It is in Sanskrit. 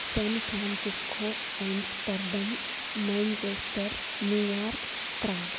सेन् फ्रान्सिस्को एम्स्टर्डम् मेञ्चेस्टर् न्यूयार्क् प्राग्